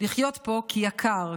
פה כי יקר,